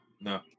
no